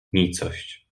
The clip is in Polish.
nicość